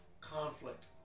conflict